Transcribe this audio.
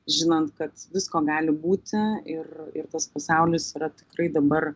žinant kad visko gali būti ir ir tas pasaulis yra tikrai dabar